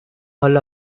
all